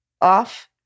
off